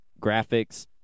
Graphics